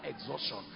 exhaustion